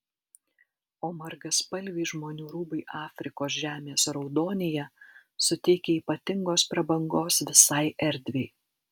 o margaspalviai žmonių rūbai afrikos žemės raudonyje suteikia ypatingos prabangos visai erdvei